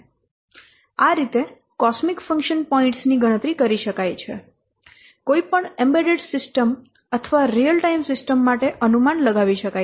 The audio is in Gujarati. આ રીતે કોસ્મિક ફંક્શન પોઇન્ટ્સ ની ગણતરી કરી શકાય છે કોઈ પણ એમ્બેડેડ સિસ્ટમ અથવા રીઅલ ટાઇમ સિસ્ટમ માટે અનુમાન લગાવી શકાય છે